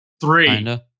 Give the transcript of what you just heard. three